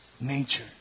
nature